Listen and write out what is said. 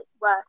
work